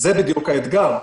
זה בדיוק האתגר,